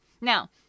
Now